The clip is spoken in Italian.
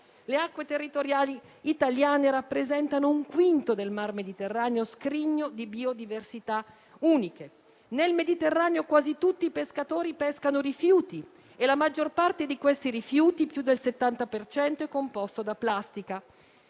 Le acque territoriali italiane rappresentano un quinto del Mar Mediterraneo, scrigno di biodiversità uniche. Nel Mediterraneo quasi tutti i pescatori pescano rifiuti, la maggior parte dei quali (più del 70 per cento) è composta da plastica.